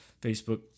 Facebook